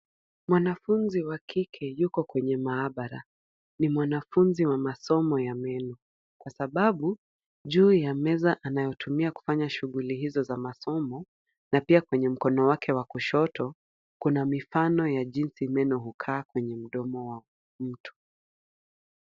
Mwanafunzi wa kike yuko kwenye maabara. Ni mwanafunzi wa masomo ya meno kwa sababu, juu ya meza anayotumia kufanya shughuli hizo za masomo na pia kwenye mkono wake wa kushoto kuna mifano ya jinsi meno hukaa kwenye mdomo wa mtu.